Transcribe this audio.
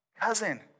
cousin